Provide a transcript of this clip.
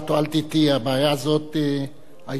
הבעיה הזאת היתה גם כשאני הייתי,